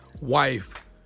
wife